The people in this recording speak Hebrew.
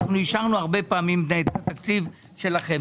אנחנו אישרנו הרבה פעמים את התקציב שלכם.